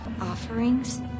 Offerings